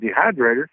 dehydrator